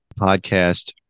podcast